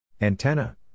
Antenna